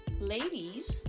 ladies